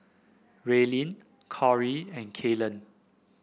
Raelynn Cori and Kaylan